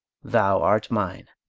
thou art mine.